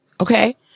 Okay